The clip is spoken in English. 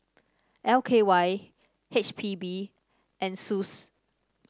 L K Y H P B and SUSS